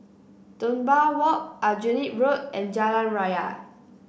Dunbar Walk Aljunied Road and Jalan Raya